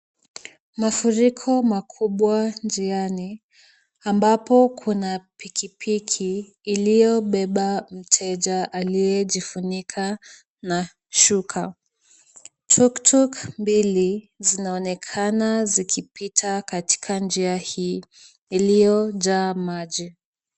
Mafuriko makubwa njiani ambapo kuna pikipiki iliyobeba mteja aliyejifunika na shuka. [C]Tuktuk[C] mbili zinaonekana zikipita katika njia hii iliyojaa maji.